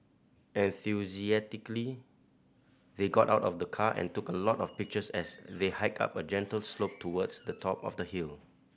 enthusiastically they got out of the car and took a lot of pictures as they hiked up a gentle slope towards the top of the hill